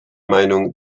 meinung